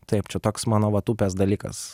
taip čia toks mano vat upės dalykas